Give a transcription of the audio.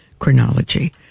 chronology